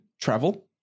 travel